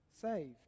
saved